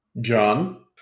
John